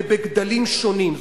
ובגדלים שונים,